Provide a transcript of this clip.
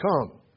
come